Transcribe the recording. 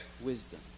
wisdom